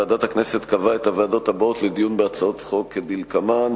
ועדת הכנסת קבעה את הוועדות הבאות לדיון בהצעות חוק כדלקמן: